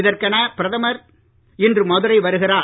இதற்கென பிரதமர் இன்று மதுரை வருகிறார்